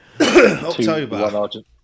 October